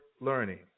learning